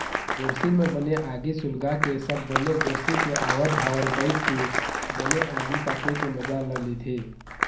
गोरसी म बने आगी सुलगाके सब बने गोरसी के आवर भावर बइठ के बने आगी तापे के मजा ल लेथे